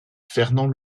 fernand